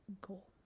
goal